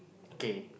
okay